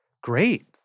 great